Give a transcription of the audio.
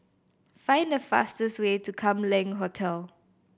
find the fastest way to Kam Leng Hotel